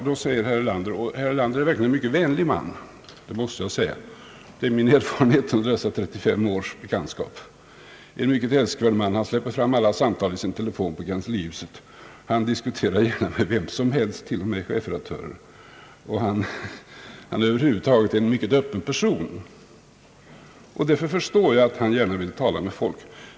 Då säger herr Erlander, som verkligen är en mycket vänlig man — det är min erfarenhet under vår 35-åriga bekantskap — och som släpper fram alla samtal i sin telefon på kanslihuset, att han diskuterar med vem som helst, t.o.m. chefredaktörer. Han är över huvud taget en mycket öppen person, och därför förstår jag att han gärna vill tala med folk.